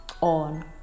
on